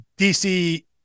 DC